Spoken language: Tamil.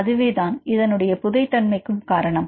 அதுவேதான் இதனுடைய புதை தன்மைக்கும் காரணம்